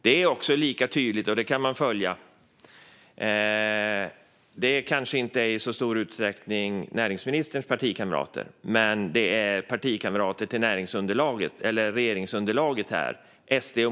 Det är lika tydligt att företrädare för partier i regeringsunderlaget, nämligen SD och Moderaterna - kanske inte i så stor utsträckning näringsministerns partikamrater - konsekvent och återkommande säger nej till vindkraft.